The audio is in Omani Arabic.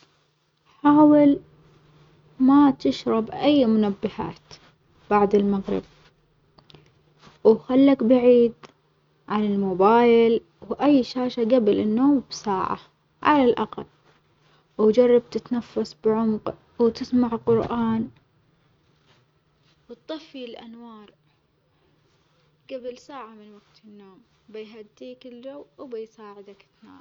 حاول ما تشرب أي منبهات بعد المغرب، وخلك بعيد عن الموبايل وأي شاشة جبل النوم بساعة على الأقل، وجرب تتنفس بعمق وتسمع قرآن وتطفي الأنوار جبل ساعة من وجت النوم، بيهديك الجو وبيساعدك تنام.